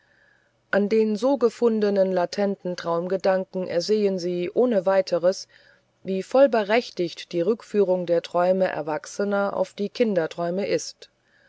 an den so gefundenen latenten traumgedanken ersehen sie ohne weiteres wie vollberechtigt die rückführung der träume erwachsener auf die kinderträume ist